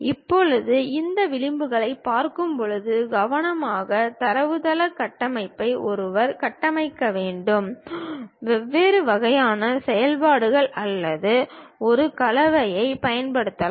இப்போது இந்த விளிம்புகளைப் பார்க்கும்போது கவனமாக தரவுத்தள கட்டமைப்புகளை ஒருவர் கட்டமைக்க வேண்டும் வெவ்வேறு வகையான செயல்பாடுகள் அல்லது ஒரு கலவையைப் பயன்படுத்தலாம்